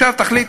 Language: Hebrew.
עכשיו תחליט,